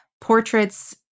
Portraits